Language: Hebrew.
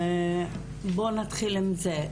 בואו נתחיל עם זה.